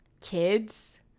kids